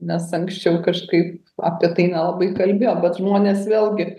nes anksčiau kažkaip apie tai nelabai kalbėjo bet žmonės vėlgi